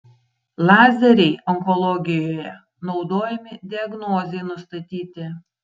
lazeriai onkologijoje naudojami diagnozei nustatyti